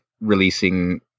releasing